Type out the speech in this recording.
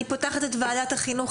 אני פותחת את ישיבת ועדת החינוך,